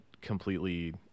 completely